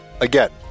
Again